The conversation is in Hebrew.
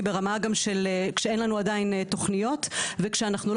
ברמה גם כשאין לנו עדיין תוכניות וכשאנחנו לא